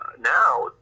now